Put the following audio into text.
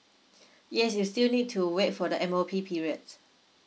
yes you still need to wait for the M_O_P periods